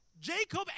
Jacob